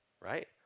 right